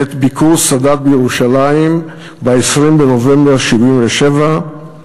בעת ביקור סאדאת בירושלים ב-20 בנובמבר 1977: